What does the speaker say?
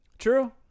true